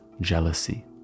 jealousy